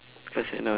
cause you know